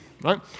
right